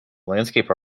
landscape